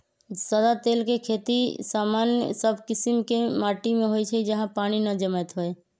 सदा तेल के खेती सामान्य सब कीशिम के माटि में होइ छइ जहा पानी न जमैत होय